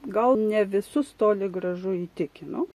gal ne visus toli gražu įtikino